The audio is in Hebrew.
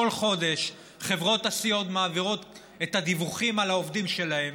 כל חודש חברות הסיעוד מעבירות את הדיווחים על העובדים שלהן